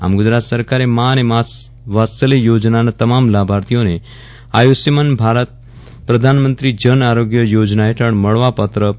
આમ ગુજરાત સરકારે મા અને મા વાત્સલ્ય યોજનાના તમામ લાભાર્થીઓને આયુષ્માન ભારત પ્રધાનમંત્રી જન આરોગ્ય યોજના હેઠળ મળવાપાત્ર રૂ